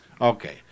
Okay